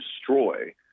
destroy